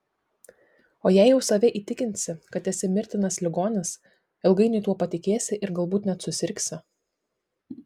o jei jau save įtikinsi kad esi mirtinas ligomis ilgainiui tuo patikėsi ir galbūt net susirgsi